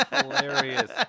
hilarious